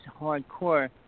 hardcore